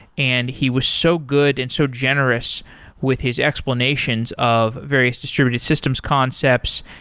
and he was so good and so generous with his explanations of various distributed systems concepts.